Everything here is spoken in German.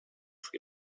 sri